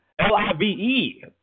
L-I-V-E